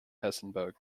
hessenberg